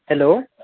hello